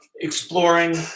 exploring